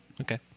Okay